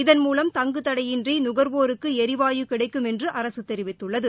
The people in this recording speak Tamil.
இதன் மூலம் தங்குதடையின்றி நுகர்வோருக்கு எரிவாயு கிடைக்கும் என்று அரசு தெரிவித்துள்ளது